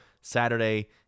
Saturday